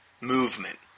movement